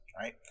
right